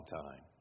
time